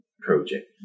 project